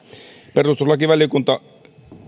perustuslakivaliokunta